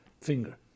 finger